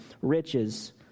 riches